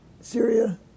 Syria